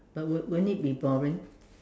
but wou~ wouldn't it be boring